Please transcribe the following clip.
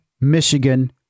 Michigan